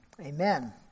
amen